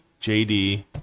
JD